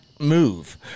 Move